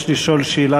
מבקש לשאול שאלה